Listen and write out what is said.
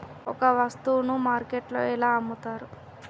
ఒక వస్తువును మార్కెట్లో ఎలా అమ్ముతరు?